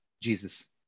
Jesus